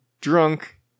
drunk